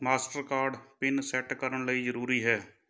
Mastercard PIN set ਕਰਨ ਲਈ ਜ਼ਰੂਰੀ ਹੈ